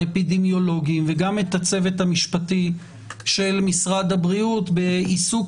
האפידמיולוגיים וגם את הצוות המשפטי של משרד הבריאות בעיסוק